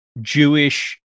Jewish